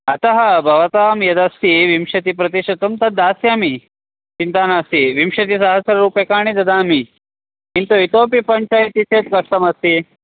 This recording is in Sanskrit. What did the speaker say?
अतः भवतां यदस्ति विंशतिः प्रतिशतं तद् दास्यामि चिन्ता नास्ति विंशतिसहस्ररूप्यकाणि ददामि किन्तु इतोऽपि पञ्चायत् चेत् कष्टमस्ति